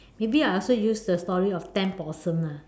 maybe I also use the story of ten possum ah